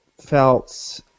felt